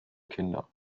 kinder